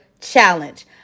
challenge